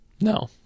No